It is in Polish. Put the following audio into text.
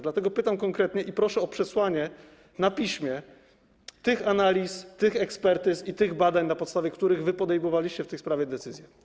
Dlatego pytam konkretnie i proszę o przesłanie na piśmie tych analiz, tych ekspertyz i tych badań, na podstawie których wy podejmowaliście w tej sprawie decyzję.